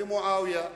במועאוויה,